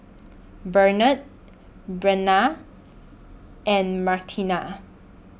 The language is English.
Benard Brennan and Martina